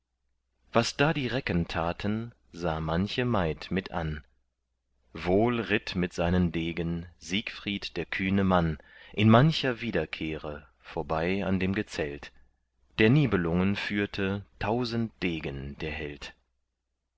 was da die recken taten sah manche maid mit an wohl ritt mit seinen degen siegfried der kühne mann in mancher wiederkehre vorbei an dem gezelt der nibelungen führte tausend degen der held